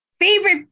favorite